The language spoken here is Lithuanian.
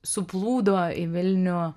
suplūdo į vilnių